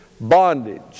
bondage